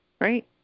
Right